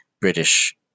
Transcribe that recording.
British